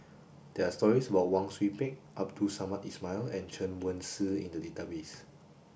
there are stories about Wang Sui Pick Abdul Samad Ismail and Chen Wen Hsi in the database